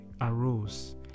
arose